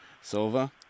Silva